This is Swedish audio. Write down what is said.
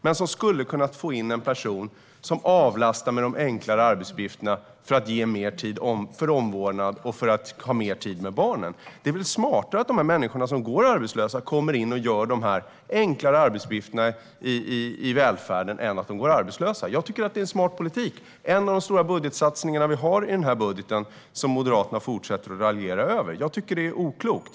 Man skulle kunna få in en person som avlastar med de enklare arbetsuppgifterna för att ge mer tid för omvårdnad och mer tid med barnen. Det är väl smartare att de här människorna kommer in och gör de här enklare arbetsuppgifterna i välfärden än att de fortsätter att gå arbetslösa? Jag tycker att det är en smart politik. Det är en av de stora satsningarna i vår budget, men Moderaterna fortsätter att raljera över den. Det är oklokt.